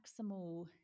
maximal